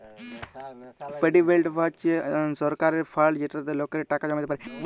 provident fund হছে সরকারের fund যেটতে লকেরা টাকা জমাইতে পারে